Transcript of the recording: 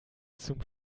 zum